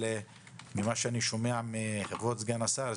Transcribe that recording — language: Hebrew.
אבל ממה שאני שומע מכבוד סגן השרה,